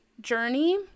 journey